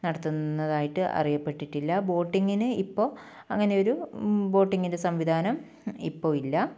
നടത്തുന്നതായിട്ട് അറിയപ്പെട്ടിട്ടില്ല ബോട്ടിങ്ങിന് ഇപ്പോൾ അങ്ങനെ ഒരു ബോട്ടിങ്ങിൻ്റെ സംവിധാനം ഇപ്പോൾ ഇല്ല